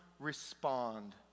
Respond